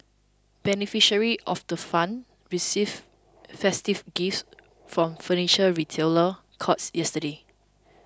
beneficiaries of the fund received festive gifts from Furniture Retailer Courts yesterday